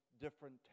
different